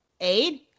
aid